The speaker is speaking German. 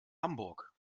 hamburg